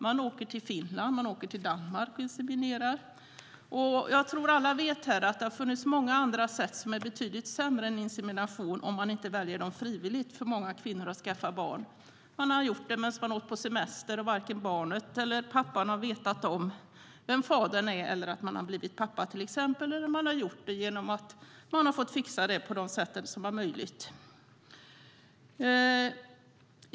De åker till Finland och Danmark och insemineras. Jag tror att alla vet att det har funnits många andra sätt för många kvinnor att skaffa barn som är betydligt sämre än insemination om man inte väljer dem frivilligt. Man har gjort det på semestern. Barnet har inte vetat vem fadern är, och pappan har inte vetat om att han har blivit pappa. Man har alltså fixat detta på det sätt som har varit möjligt.